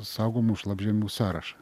saugomų šlapžemių sąrašą